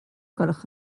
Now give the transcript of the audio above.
gwelwch